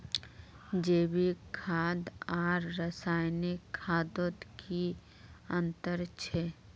जैविक खाद आर रासायनिक खादोत की अंतर छे?